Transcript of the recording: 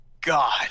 God